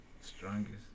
Strongest